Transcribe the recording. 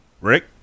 Rick